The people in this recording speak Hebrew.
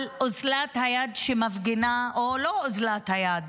על אוזלת היד שמפגינה, או לא אוזלת היד